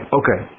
okay